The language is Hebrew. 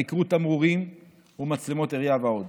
נעקרו תמרורים ומצלמות עירייה ועוד